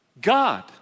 God